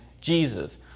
Jesus